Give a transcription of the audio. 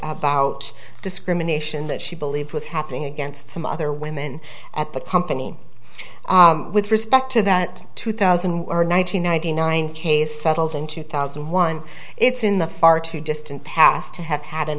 about discrimination that she believed was happening against some other women at the company with respect to that two thousand nine hundred ninety nine case settled in two thousand and one it's in the far too distant past to have had an